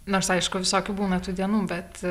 nors aišku visokių būna tų dienų bet